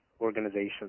organizations